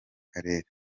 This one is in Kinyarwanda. karere